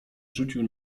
rzucił